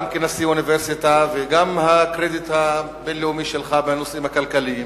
גם כנשיא אוניברסיטה וגם הקרדיט הבין-לאומי שלך בנושאים הכלכליים,